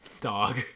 dog